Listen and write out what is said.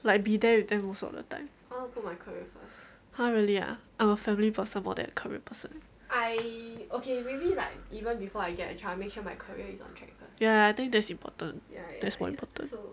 like be there with them most of the time ha really ah I'm a family person more that a career person ya I think that's important that's more important